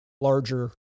larger